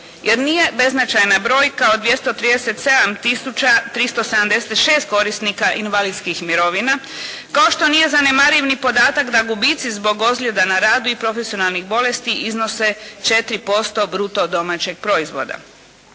jer nije bezznačajna brojka od 237 tisuća 376 korisnika invalidskih mirovina, kao što nije zanemariv ni podatak da gubici zbog ozljeda na radu i profesionalnih bolesti iznose 4% bruto domaćeg proizvoda.